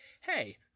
Hey